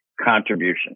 contribution